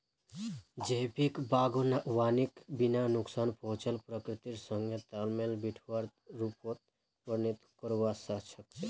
जैविक बागवानीक बिना नुकसान पहुंचाल प्रकृतिर संग तालमेल बिठव्वार रूपत वर्णित करवा स ख छ